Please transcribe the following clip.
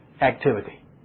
activity